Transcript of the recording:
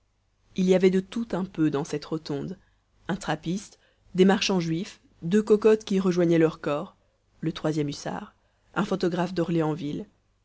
il y avait de tout un peu dans cette rotonde un trappiste des marchands juifs deux cocottes qui rejoignaient leur corps le e hussards un photographe